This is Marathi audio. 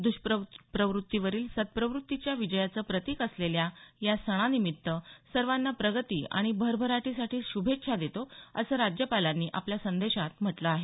दष्प्रवृत्तीवरील सतप्रवृत्तीच्या विजयाचं प्रतीक असलेल्या या सणानिमित्त सर्वांना प्रगती आणि भरभराटीसाठी श्भेच्छा देतो असं राज्यपालांनी आपल्या संदेशात म्हटलं आहे